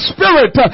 Spirit